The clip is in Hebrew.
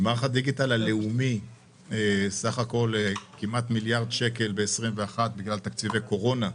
מערך הדיגיטל הלאומי - כמעט מיליארד שקל ב-2021 בגלל תקציבי קורונה,